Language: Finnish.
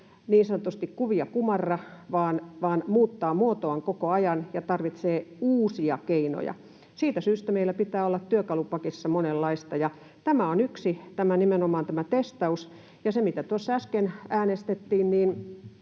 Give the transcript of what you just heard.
niin sanotusti kuvia kumarra, vaan muuttaa muotoaan koko ajan ja tarvitsee uusia keinoja. Siitä syystä meillä pitää olla työkalupakissa monenlaista, ja nimenomaan tämä testaus on yksi. Ja mitä tuossa äsken äänestettiin: